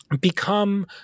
become